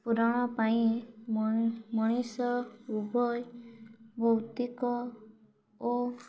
ପୁରଣ ପାଇଁ ମଣିଷ ଉଭୟ ଭୌତିକ ଓ